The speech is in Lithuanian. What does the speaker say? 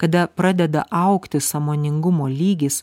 kada pradeda augti sąmoningumo lygis